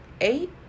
eight